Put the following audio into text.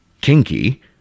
kinky